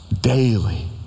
Daily